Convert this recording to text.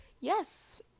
yes